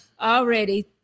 already